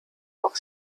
auf